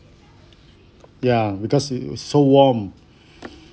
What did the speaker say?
ya because it was so warm